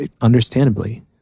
understandably